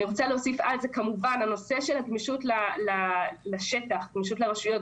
אני רוצה להוסיף לזה את נושא הגמישות בשטח - גמישות לרשויות,